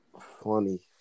Funny